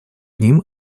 ним